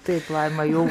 taip laima jau